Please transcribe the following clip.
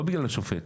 לא בגלל השופט.